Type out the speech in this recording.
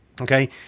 okay